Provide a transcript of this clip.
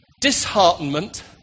disheartenment